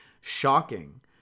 shocking